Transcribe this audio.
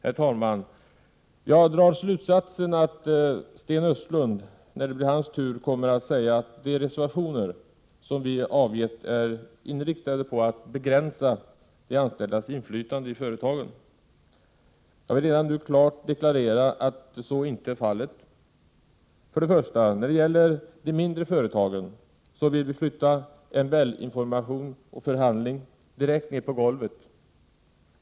Jag drar den slutsatsen att Sten Östlund kommer att säga att de reservationer vi har avgett är inriktade på att begränsa de anställdas inflytande i företagen. Jag vill redan nu klart deklarera att så inte är fallet. För det första: När det gäller de mindre företagen vill vi flytta MBL information och förhandling direkt ner på golvet.